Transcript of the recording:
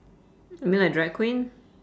you mean like drag queen